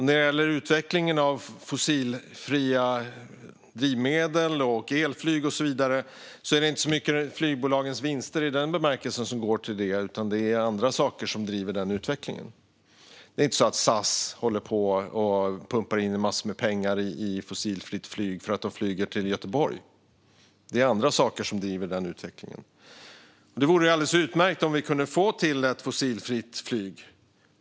När det gäller utvecklingen av fossilfria drivmedel, elflyg och så vidare är det inte så mycket flygbolagens vinster i den bemärkelsen som går till det. Det är andra saker som driver den utvecklingen. Det är inte så att SAS håller på att pumpa in massor av pengar i fossilfritt flyg för att de flyger till Göteborg. Det är andra saker som driver den utvecklingen. Det vore alldeles utmärkt som vi kunde få till ett fossilfritt flyg.